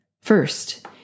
First